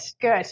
Good